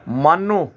ਮਨ ਨੂੰ